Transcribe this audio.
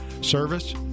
Service